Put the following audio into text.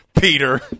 Peter